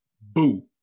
boo